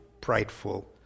prideful